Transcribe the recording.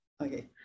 okay